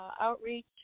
outreach